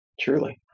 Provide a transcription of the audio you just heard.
Truly